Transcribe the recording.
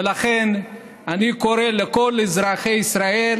ולכן אני קורא לכל אזרחי ישראל